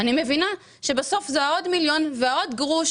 אני מבינה שבסוף זה עוד מיליון ועוד גרוש